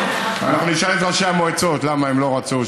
אנחנו נשאל את ראשי המועצות למה הם לא רצו,